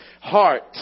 Heart